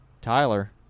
Tyler